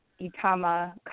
Itama